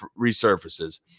resurfaces